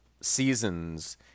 seasons